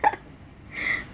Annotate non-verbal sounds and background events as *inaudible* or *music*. *laughs*